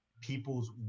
people's